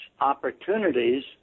opportunities